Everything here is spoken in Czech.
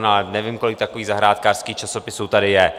A nevím, kolik takových zahrádkářských časopisů tady je.